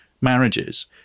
marriages